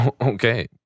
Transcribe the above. Okay